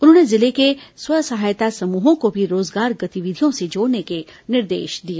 उन्होंने जिले के स्व सहायता समूहों को भी रोजगार गतिविधियों से जोड़ने के निर्देश दिए